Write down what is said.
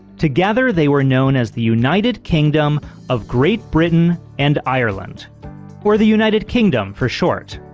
together, they were known as the united kingdom of great britain and ireland or the united kingdom, for short.